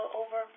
over